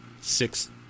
six